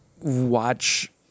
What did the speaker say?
watch